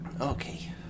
Okay